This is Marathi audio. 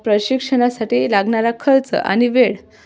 प्रशिक्षणासाठी लागणारा खर्च आणि वेळ